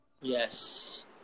Yes